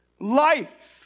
Life